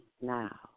now